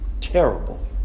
terrible